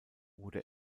wurde